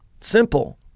simple